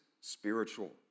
spiritual